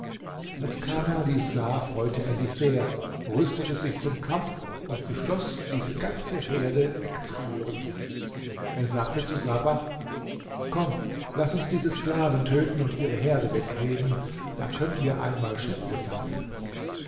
als kana dies sah freute er sich sehr rüstete sich zum kampf und beschloß diese ganze herde wegzuführen er sagte zu sabach komm laß uns diese sklaven töten und ihre herde wegnehmen da können wir einmal schätze sammeln